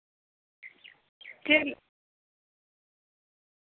ᱪᱮᱫ